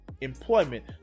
employment